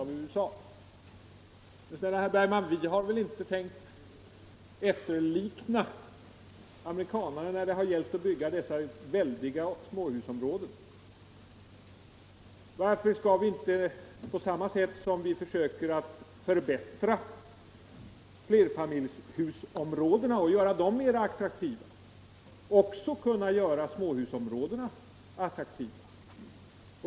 Men, snälla herr Bergman, det är inte fråga om att efterlikna amerikanarna och bygga dessa väldiga småhusområden. Varför kan vi inte göra småhusområdena attraktiva på samma sätt som vi försöker förbättra flerfamiljshusområdena och göra dem attraktiva?